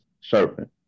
serpent